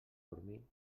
dormir